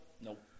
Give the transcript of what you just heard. Nope